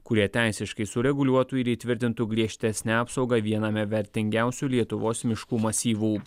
kurie teisiškai sureguliuotų ir įtvirtintų griežtesnę apsaugą viename vertingiausių lietuvos miškų masyvų